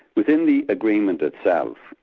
within the agreement itself,